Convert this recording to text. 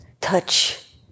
touch